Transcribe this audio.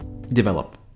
develop